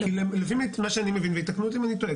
כי לפי מה שאני מבין ויתקנו אותי אם אני טועה,